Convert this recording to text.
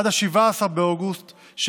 עד ליום 17 באוגוסט 2020,